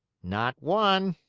not one.